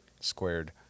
squared